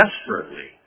desperately